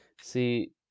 See